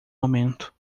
momento